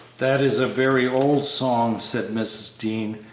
that is a very old song, said mrs. dean.